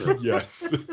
Yes